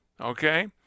Okay